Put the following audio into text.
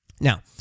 Now